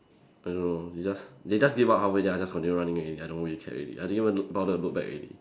I don't know they just they just gave up halfway then I just continue running already I don't really care already I didn't even care bother to look back already